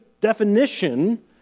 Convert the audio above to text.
definition